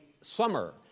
summer